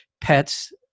Pets